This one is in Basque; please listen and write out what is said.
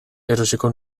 erosiko